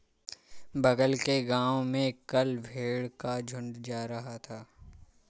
बगल के गांव में कल भेड़ का झुंड जा रहा था